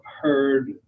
heard